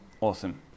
Awesome